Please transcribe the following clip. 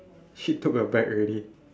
she took her bag already